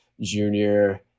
junior